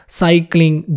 cycling